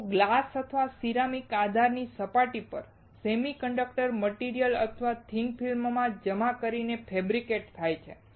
તેઓ ગ્લાસ અથવા સિરામિક આધારની સપાટી પર સેમિકન્ડક્ટિંગ મટીરીયલ્સ અથવા થિન ફિલ્મો જમા કરીને ફૅબ્રિકેટ થાય છે